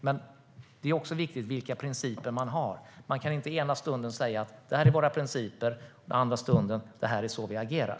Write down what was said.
Men det är också viktigt vilka principer man har. Man kan inte ena stunden säga att "det här är våra principer" och andra stunden säga att "det här är hur vi agerar".